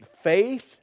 faith